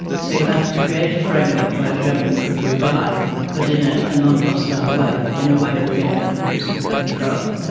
so you had to create a framework where germany could revive but in ah a non-hostile way, in a way that the other countries could control.